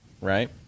right